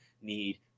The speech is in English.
need